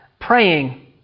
praying